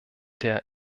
der